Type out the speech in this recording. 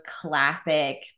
classic